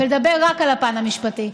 ולדבר רק על הפן המשפטי.